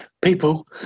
People